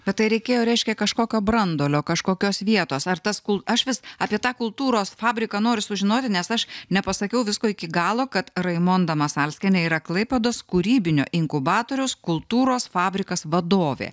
bet tai reikėjo reiškia kažkokio branduolio kažkokios vietos ar tas kol aš vis apie tą kultūros fabriką noriu sužinoti nes aš nepasakiau visko iki galo kad raimonda masalskienė yra klaipėdos kūrybinio inkubatoriaus kultūros fabrikas vadovė